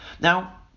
Now